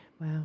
wow